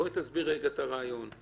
תסבירי את הרעיון.